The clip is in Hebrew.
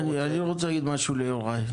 אני רוצה להגיד משהו ליוראי.